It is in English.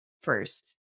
first